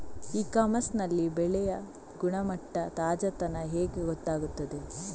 E commerce ನಲ್ಲಿ ಬೆಳೆಯ ಗುಣಮಟ್ಟ, ತಾಜಾತನ ಹೇಗೆ ಗೊತ್ತಾಗುತ್ತದೆ?